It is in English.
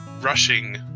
rushing